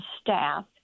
staff